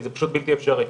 זה פשוט בלתי אפשרי.